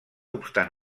obstant